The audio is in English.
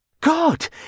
God